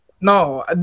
no